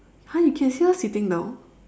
!huh! you can see her sitting down